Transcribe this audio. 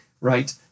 right